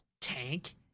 tank